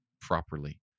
properly